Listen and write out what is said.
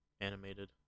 animated